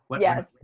Yes